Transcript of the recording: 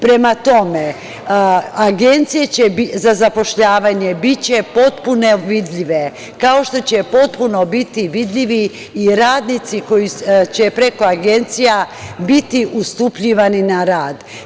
Prema tome, agencije za zapošljavanje biće potpuno vidljive, kao što će potpuno biti vidljivi i radnici koji će preko agencija biti ustupljeni na rad.